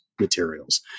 materials